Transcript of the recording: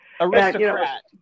Aristocrat